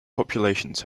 populations